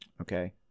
okay